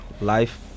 life